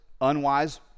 unwise